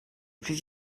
plus